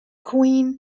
queen